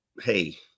hey